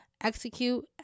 Execute